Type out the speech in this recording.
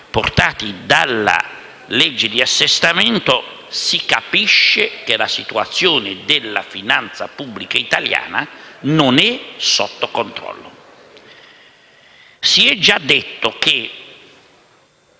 portati dalla legge di assestamento, si capisce che la situazione della finanza pubblica italiana non è sotto controllo. Si è già detto che